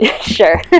sure